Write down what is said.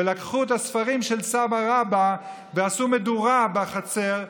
ולקחו את הספרים של הסבא רבא ועשו מדורה בחצר,